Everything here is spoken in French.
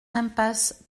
impasse